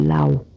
Lao